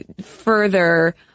further